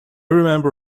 remember